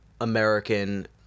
American